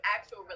actual